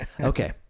okay